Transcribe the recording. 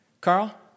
Carl